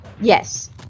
Yes